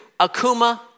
Akuma